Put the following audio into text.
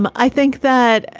um i think that,